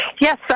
Yes